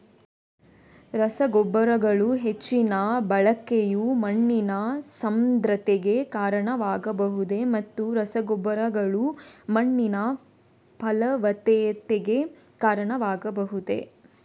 ರಸಗೊಬ್ಬರಗಳ ಹೆಚ್ಚಿನ ಬಳಕೆಯು ಮಣ್ಣಿನ ಸಾಂದ್ರತೆಗೆ ಕಾರಣವಾಗಬಹುದೇ ಮತ್ತು ರಸಗೊಬ್ಬರಗಳು ಮಣ್ಣಿನ ಫಲವತ್ತತೆಗೆ ಕಾರಣವಾಗಬಹುದೇ?